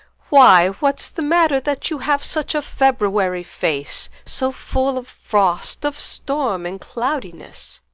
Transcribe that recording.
why, what's the matter, that you have such a february face, so full of frost, of storm and cloudiness?